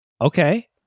okay